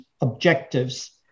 objectives